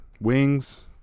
Wings